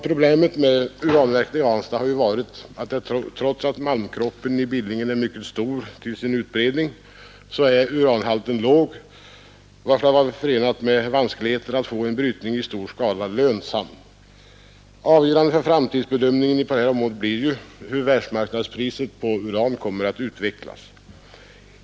Problemet med uranverket i Ranstad har ju varit att trots att malmkroppen i Billingen är mycket stor till sin utbredning, så är uranhalten låg, varför det varit förenat med vanskligheter att få en brytning i stor skala lönsam. Avgörande för framtidsbedömningen på detta område är hur världsmarknadspriset på uran kommer att utveckla sig.